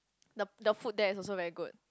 the the food there is also very good